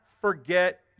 forget